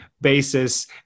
basis